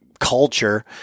culture